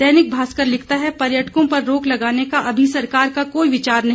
दैनिक भास्कर लिखता है पर्यटकों पर रोक लगाने का अभी सरकार का कोई विचार नहीं